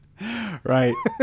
Right